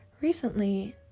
recently